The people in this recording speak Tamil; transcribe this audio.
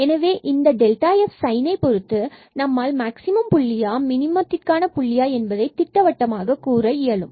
எனவே இதன் f சைனை பொறுத்து நம்மால் மற்றும் மாக்சிமம் புள்ளியா அல்லது மினிமத்திற்கான புள்ளியா என்பதை திட்டவட்டமாக கூற இயலும்